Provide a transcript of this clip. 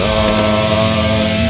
on